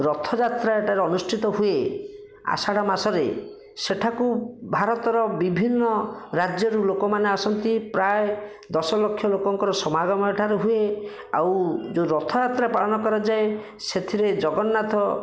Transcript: ରଥଯାତ୍ରା ଏଠାରେ ଅନୁଷ୍ଠିତ ହୁଏ ଆଷାଢ଼ ମାସରେ ସେଠାକୁ ଭାରତର ବିଭିନ୍ନ ରାଜ୍ୟରୁ ଲୋକମାନେ ଆସନ୍ତି ପ୍ରାୟ ଦଶଲକ୍ଷ ଲୋକଙ୍କର ସମାଗମ ଏଠାରେ ହୁଏ ଆଉ ଯେଉଁ ରଥଯାତ୍ରା ପାଳନ କରାଯାଏ ସେଥିରେ ଜଗନ୍ନାଥ